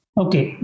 okay